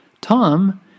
Tom